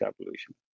evolution